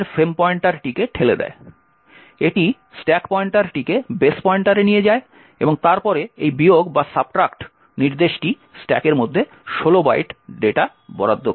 এটি স্ট্যাক পয়েন্টারটিকে বেস পয়েন্টারে নিয়ে যায় এবং তারপরে এই বিয়োগ নির্দেশটি স্ট্যাকের মধ্যে 16 বাইট ডেটা বরাদ্দ করে